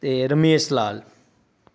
ਅਤੇ ਰਮੇਸ਼ ਲਾਲ